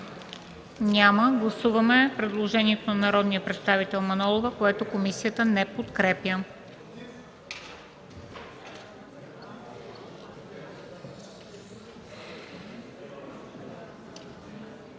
Няма. Гласуваме предложението на народния представител Манолова, което комисията не подкрепя.